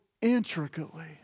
intricately